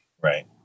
Right